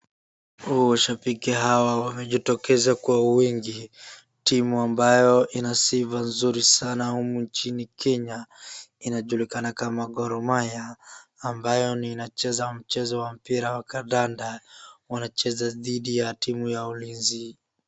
Shabiki hawa wamejitokeza kwa wingi, timu ambayo ina sifa nzuri sana humu nchini kenya inajulikana kama Gor Mahia ambayo inacheza mpira wa kandanda. Wanacheza dhidi ya timu ya ulinzi.